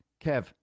Kev